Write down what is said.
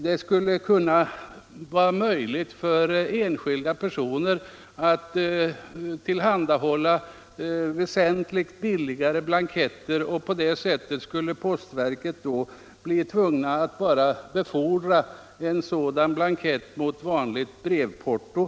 Det skulle bli möjligt för enskilda personer att tillhandahålla väsentligt billigare blanketter, och på det sättet skulle postverket tvingas att befordra en sådan blankett bara mot vanligt brevporto.